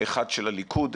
אחד של הליכוד,